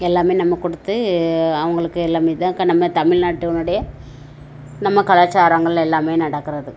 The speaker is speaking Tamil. எல்லாம் நம்ம கொடுத்து அவங்களுக்கு எல்லாம் தான் கா நம்ம தமில்நாட்டினுடைய நம்ம கலாச்சாரங்கள் எல்லாம் நடக்கிறது